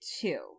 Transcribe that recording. Two